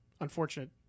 unfortunate